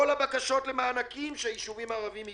כל הבקשות למענקים שהיישובים הערביים הגישו,